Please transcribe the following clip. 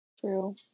True